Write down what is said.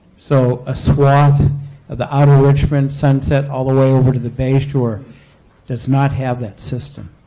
so a swath of the outer richmond, sunset, all the way over to the bay shore does not have that system.